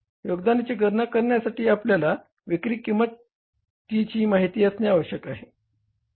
योगदानाची गणना करण्यासाठी आपल्याला विक्री किंमतीची माहिती असणे आवश्यक आहे